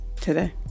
today